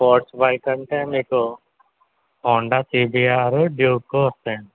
sports bike అంటే మీకు Honda CBR Duke వస్తాయండి